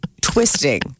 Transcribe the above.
twisting